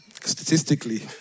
Statistically